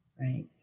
right